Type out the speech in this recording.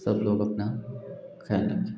सब लोग अपना कर लें